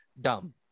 dumb